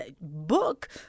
book